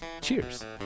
Cheers